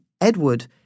Edward